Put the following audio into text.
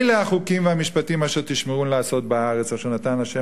אלה החוקים והמשפטים אשר תשמרון לעשות בארץ אשר נתן ה'